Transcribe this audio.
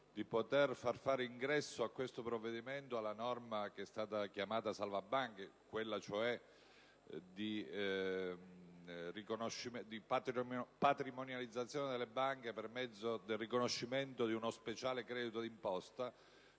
di poter far fare ingresso nel provvedimento alla norma chiamata salva-banche (quella cioè di patrimonializzazione delle banche per mezzo del riconoscimento di uno speciale credito di imposta),